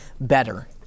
better